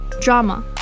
drama